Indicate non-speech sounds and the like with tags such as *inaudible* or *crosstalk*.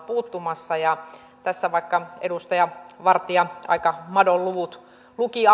puuttumassa ja vaikka edustaja vartia aika madonluvut luki *unintelligible*